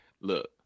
look